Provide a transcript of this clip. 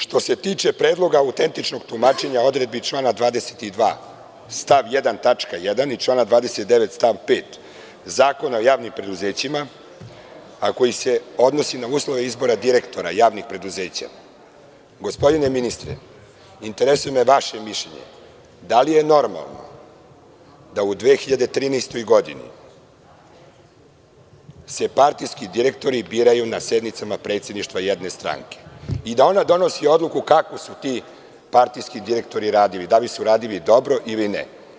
Što se tiče Predloga autentičnog tumačenja odredbi člana 22. stav 1. tačka 1) i člana 29. stav 5. Zakona o javnim preduzećima, a koji se odnosi na uslove izbora direktora javnih preduzeća, interesuje me vaše mišljenje, gospodine ministre – da li je normalno da u 2013. godini se partijski direktori biraju na sednicama predsedništva jedne stranke i da ona donosi odluku kako su ti partijski direktori radili, da li su radili dobro ili ne?